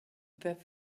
that